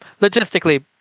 logistically